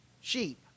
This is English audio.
sheep